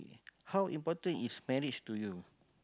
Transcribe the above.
how important is marriage to you